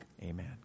Amen